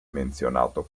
menzionato